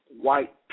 white